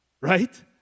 right